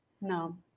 No